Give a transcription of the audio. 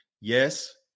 Yes